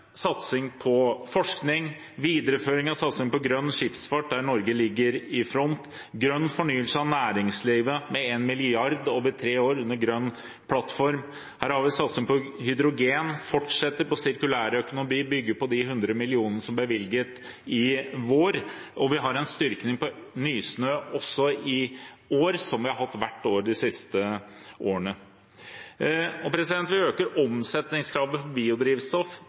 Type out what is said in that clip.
satsing på forskning og en videreføring av satsingen på grønn skipsfart der Norge ligger i front, og grønn fornyelse av næringslivet med 1 mrd. kr over tre år under grønn plattform. Her har vi en satsing på hydrogen, fortsetter på sirkulær økonomi, hvor vi bygger på de 100 mill. kr som ble bevilget i vår. Og vi har en styrking av Nysnø også i år, som vi har hatt hvert år de siste årene. Vi øker omsetningskravet for biodrivstoff